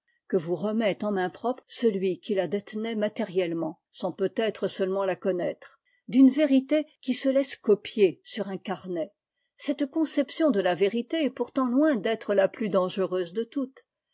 que vous remet en mains propres celui qui la détenait matériellement sans peut-être seulement la connaître d'une vérité qui se laisse copier sur un carnet cette conception de la vérité est pourtant loin d'être la plus dangereuse de toutes